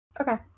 Okay